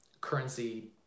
currency